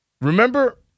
Remember